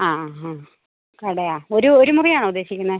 ആ അല്ല കടയോ ഒരു ഒരു മുറിയാണോ ഉദ്ദേശിക്കുന്നത്